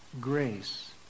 grace